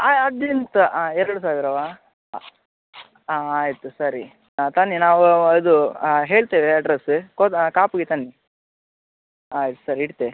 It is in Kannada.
ಹಾಂ ಅದೆಂತ ಹಾಂ ಎರಡು ಸಾವಿರವ ಹಾಂ ಆಯ್ತು ಸರಿ ಹಾಂ ತನ್ನಿ ನಾವು ಇದು ಹಾಂ ಹೇಳ್ತೇವೆ ಅಡ್ರೆಸ್ ಕೊದ ಕಾಪುಗೆ ತನ್ನಿ ಆಯ್ತು ಸರಿ ಇಡ್ತೆ